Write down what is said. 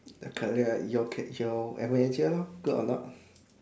your career your care your manager lor good or not